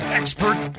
expert